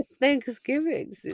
Thanksgiving